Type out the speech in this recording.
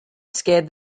scared